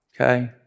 okay